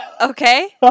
Okay